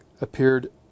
appeared